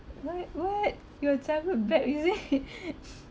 what what your childhood bad is it